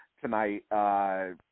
tonight